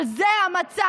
אבל זה המצע.